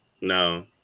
No